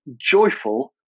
joyful